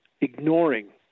ignoring